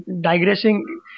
digressing